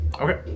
Okay